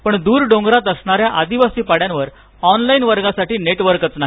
पण दूर डोंगरात असणाऱ्या आदिवासी पाड्यांवर ऑनलाईन वर्गासाठी नेट्वर्कच नाही